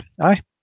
aye